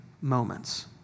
moments